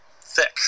thick